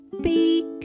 beak